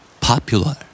Popular